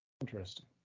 Interesting